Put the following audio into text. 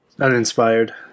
Uninspired